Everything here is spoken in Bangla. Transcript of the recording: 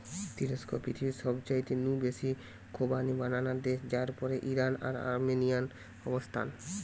তুরস্ক পৃথিবীর সবচাইতে নু বেশি খোবানি বানানা দেশ যার পরেই ইরান আর আর্মেনিয়ার অবস্থান